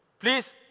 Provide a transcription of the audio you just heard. Please